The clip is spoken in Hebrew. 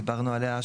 דיברנו עליה,